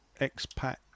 expat